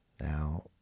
Now